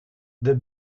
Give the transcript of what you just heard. the